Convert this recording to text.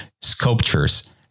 sculptures